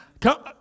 Come